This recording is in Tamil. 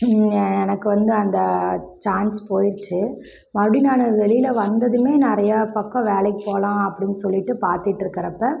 எனக்கு வந்து அந்த சான்ஸ் போயிடுச்சு மறுடியும் நான் வெளியில் வந்ததுமே நிறையா பக்கம் வேலைக்கு போகலாம் அப்டின்னு சொல்லிட்டு பார்த்துட்ருக்கறப்ப